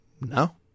no